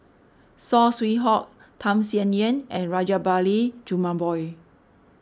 Saw Swee Hock Tham Sien Yen and Rajabali Jumabhoy